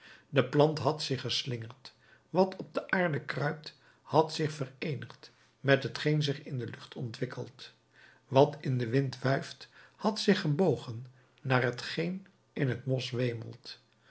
de plant had zich geslingerd wat op de aarde kruipt had zich vereenigd met t geen zich in de lucht ontwikkelt wat in den wind wuift had zich gebogen naar t geen in het mos wemelt